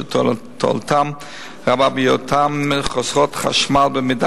שתועלתן רבה בהיותן חוסכות חשמל במידה